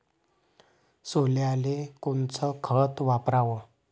सोल्याले कोनचं खत वापराव?